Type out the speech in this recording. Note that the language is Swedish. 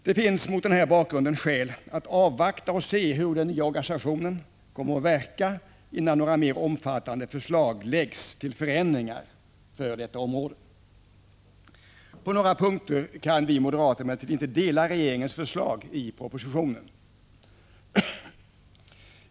Det finns därför skäl att avvakta och se hur den nya organisationen kommer att verka, innan några mer omfattande förslag till förändringar för detta område läggs. På några punkter kan vi moderater emellertid inte dela regeringens förslag i propositionen.